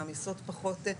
מעמיסות פחות.